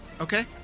Okay